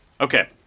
Okay